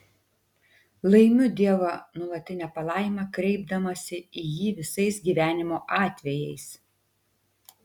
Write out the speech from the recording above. laimiu dievo nuolatinę palaimą kreipdamasi į jį visais gyvenimo atvejais